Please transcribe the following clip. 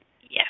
Yes